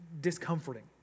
discomforting